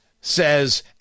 says